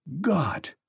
God